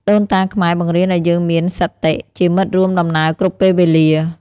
ដូនតាខ្មែរបង្រៀនឱ្យយើងមាន «សតិ» ជាមិត្តរួមដំណើរគ្រប់ពេលវេលា។